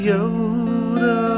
Yoda